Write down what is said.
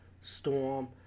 Storm